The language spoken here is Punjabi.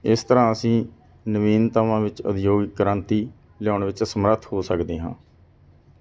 ਇਸ ਤਰ੍ਹਾਂ ਅਸੀਂ ਨਵੀਨਤਾਵਾਂ ਵਿੱਚ ਉਦਯੋਗਿਕ ਕ੍ਰਾਂਤੀ ਲਿਆਉਣ ਵਿੱਚ ਸਮਰੱਥ ਹੋ ਸਕਦੇ ਹਾਂ